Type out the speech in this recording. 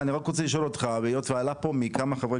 אני רק רוצה לשאול אותך היות ועלה פה מכמה חברי